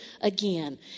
again